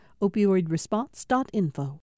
Opioidresponse.info